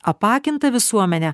apakintą visuomenę